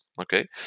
okay